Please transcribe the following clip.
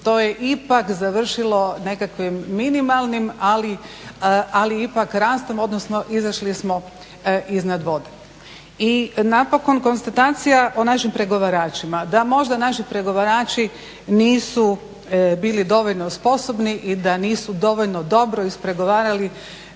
to je ipak završilo nekakvim minimalnim ali ipak rastom odnosno izašli smo iznad vode. I napokon konstatacija o našim pregovaračima da možda naši pregovarači nisu bili dovoljno sposobni i da nisu dovoljno dobro ispregovarali